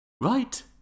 right